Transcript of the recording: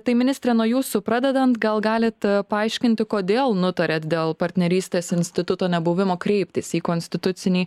tai ministre nuo jūsų pradedant gal galit paaiškinti kodėl nutarėt dėl partnerystės instituto nebuvimo kreiptis į konstitucinį